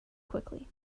quickly